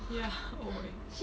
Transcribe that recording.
ya oh my